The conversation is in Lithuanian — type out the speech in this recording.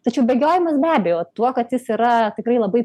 tačiau bėgiojimas be abejo tuo kad jis yra tikrai labai